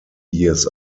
years